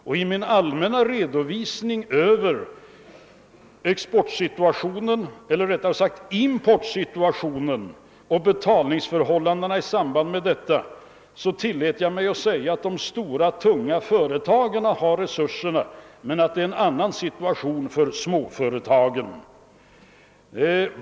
1 min allmänna redovisning av importsituationen och betalningsbalansen tilllät jag mig säga att de stora tunga företagen nog har resurser men att situationen är en annan för småföretagen.